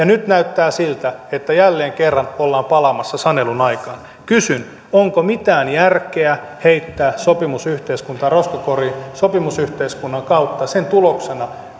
nyt näyttää siltä että jälleen kerran ollaan palaamassa sanelun aikaan kysyn onko mitään järkeä heittää sopimusyhteiskunta roskakoriin sopimusyhteiskunnan kautta sen tuloksena